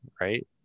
right